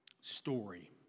story